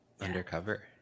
undercover